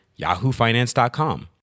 yahoofinance.com